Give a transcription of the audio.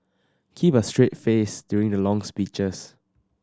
keep a straight face during the long speeches